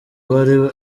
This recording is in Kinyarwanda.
bari